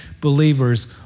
believers